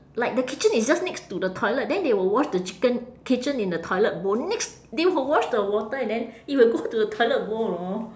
like the kitchen is just next to the toilet then they will wash the chicken kitchen in the toilet bowl next they will wash the water and then it will go to the toilet bowl you know